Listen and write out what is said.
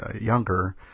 younger